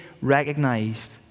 recognized